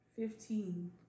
Fifteen